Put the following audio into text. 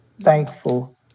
thankful